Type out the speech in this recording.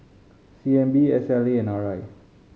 C N B S L A and R I